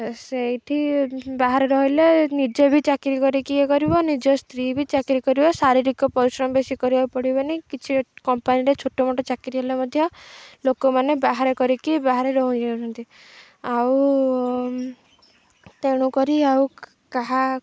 ସେଇଠି ବାହାରେ ରହିଲେ ନିଜେ ବି ଚାକିରୀ କରିକି ଇଏ କରିବ ନିଜ ସ୍ତ୍ରୀ ବି ଚାକିରୀ କରିବ ଶାରୀରିକ ପରିଶ୍ରମ ବେଶି କରିବାକୁ ପଡ଼ିବନି କିଛି କମ୍ପାନୀରେ ଛୋଟ ମୋଟ ଚାକିରୀ ହେଲେ ମଧ୍ୟ ଲୋକମାନେ ବାହାରେ କରିକି ବାହାରେ ରହି ଯାଉଛନ୍ତି ଆଉ ତେଣୁକରି ଆଉ କାହା